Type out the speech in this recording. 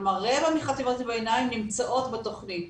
כלומר רבע מחטיבות הביניים נמצאות בתכנית.